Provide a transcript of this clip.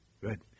Good